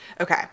Okay